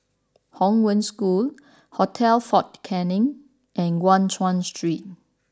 Hong Wen School Hotel Fort Canning and Guan Chuan Street